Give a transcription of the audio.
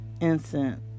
incense